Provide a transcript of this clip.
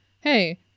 Hey